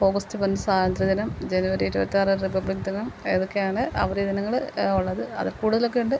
August പതിനഞ്ച് സ്വാതന്ത്ര്യദിനം ജനുവരി ഇരുപത്താറ് റിപ്പബ്ലിക്ക് ദിനം ഇതൊക്കെയാണ് അവധി ദിനങ്ങൾ ഉള്ളത് അതിൽ കൂടുതലൊക്കെയുണ്ട്